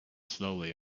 slowly